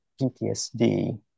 PTSD